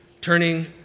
turning